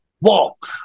walk